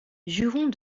jurons